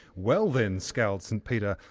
well then scowled st peter,